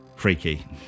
freaky